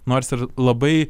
nors ir labai